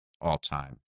all-time